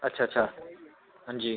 अच्छा अच्छा अंजी अंजी